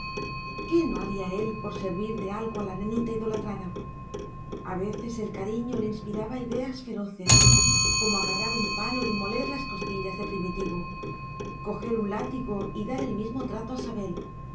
qué no haría él por servir de algo a la nenita idolatrada a veces el cariño le inspiraba ideas feroces como agarrar un palo y moler las costillas a primitivo coger un látigo y dar el mismo trato a sabel